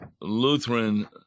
Lutheran